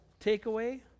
takeaway